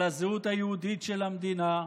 על הזהות היהודית של המדינה,